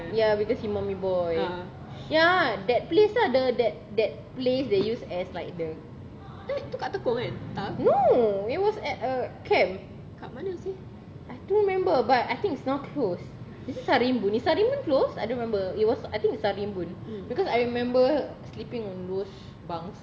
ya because he mummy boy ya that place lah the that that place they used as like the no it was at a camp I don't remember but I think it's now closed is it sarimbun is sarimbun closed I don't remember it was I think sarimbun because I remember sleeping on those bunks